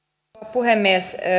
puhemies